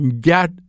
get